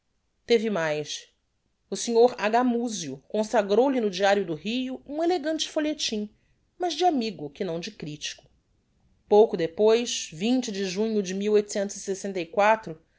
teve mais o sr h muzio consagrou lhe no diario do rio um elegante folhetim mas de amigo que não de critico pouco depois vi de junho de